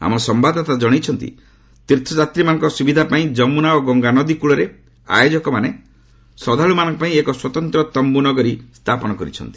ଆମ ସମ୍ଭାଦଦାତା ଜଣାଇଛନ୍ତି ତୀର୍ଥଯାତ୍ରୀମାନଙ୍କ ସୁବିଧା ପାଇଁ ଯମୁନା ଓ ଗଙ୍ଗା ନଦୀ କୂଳରେ ଆୟୋଜକମାନେ ଶ୍ରଦ୍ଧାଳୁମାନଙ୍କ ପାଇଁ ଏକ ସ୍ୱତନ୍ତ ତମ୍ବୁ ନଗରୀ ସୃଷ୍ଟି କରିଛନ୍ତି